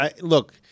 Look